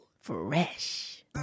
Fresh